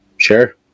Sure